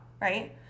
right